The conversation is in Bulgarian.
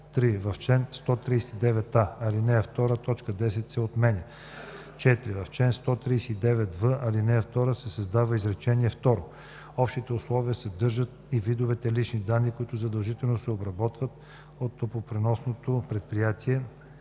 3. В чл. 139а, ал. 2 т. 10 се отменя. 4. В чл. 139в ал. 2 се създава изречение второ: „Общите условия съдържат и видовете лични данни, които задължително се обработват от топлопреносното предприятие